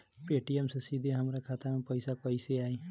Paytm से सीधे हमरा खाता मे पईसा कइसे आई?